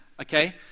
okay